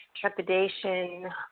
trepidation